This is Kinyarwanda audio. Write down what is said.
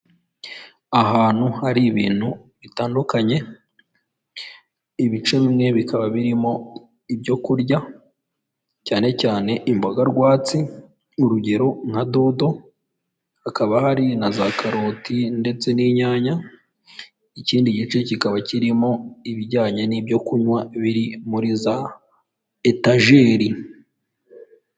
Ahantu hari ibintu bitandukanye, ibice bimwe bikaba birimo ibyo kurya, cyane cyane imboga rwatsi, urugero nka dodo, hakaba hari na za karoti ndetse n'inyanya, ikindi gice kikaba kirimo ibijyanye n'ibyokunywa biri muri za etajeri.